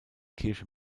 kirche